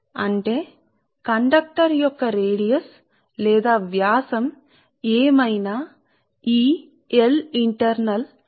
అంటే కండక్టర్ యొక్క వ్యాసం లేదా వ్యాసార్థం వ్యాసార్థం ఏమైనా వ్యాసం ఏమైనావ్యాసార్థం లేదా వ్యాసం ఏమైనా కావచ్చు ఈ L అంతర్గత ఎల్లప్పుడూ స్థిరమైన విలువ ఇది చదరపు మీటర్ కు హెన్రీ